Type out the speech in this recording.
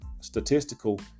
statistical